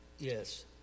Yes